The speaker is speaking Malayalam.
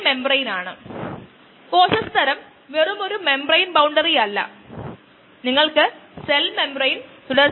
ലാഗ് ഫേസിൽ കോശങ്ങളുടെ സാന്ദ്രതയിൽ മാറ്റമില്ലെന്ന് നമ്മൾ അനുമാനിക്കുന്നു